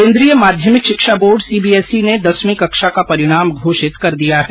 केन्द्रीय माध्यमिक शिक्षा board C B S E ने दसवीं कक्षा का परिणाम घोषित कर दिया है